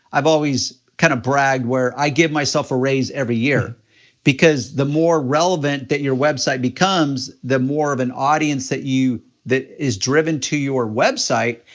i've always kind of bragged where i give myself a raise every year because the more relevant that your website becomes, the more of an audience that you, that is driven to your website,